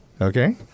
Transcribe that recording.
Okay